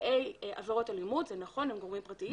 נפגעי עבירות אלימות, זה נכון, הם גורמים פרטיים.